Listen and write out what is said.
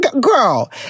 Girl